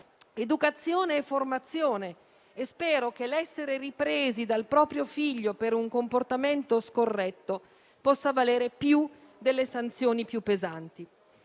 Educazione e formazione, innanzitutto, e spero che essere ripresi dal proprio figlio per un comportamento scorretto possa valere più delle sanzioni più pesanti.